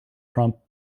trump